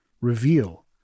reveal